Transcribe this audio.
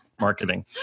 marketing